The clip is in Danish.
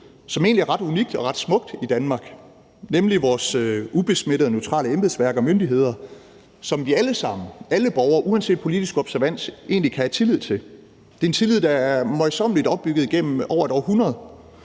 som egentlig er ret unikt og ret smukt i Danmark, nemlig vores ubesmittede og neutrale embedsværk og myndigheder, som vi alle sammen, alle borgere, uanset politisk observans, egentlig kan have tillid til. Det er en tillid, der møjsommeligt er opbygget igennem over et århundrede,